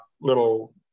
little